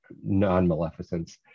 non-maleficence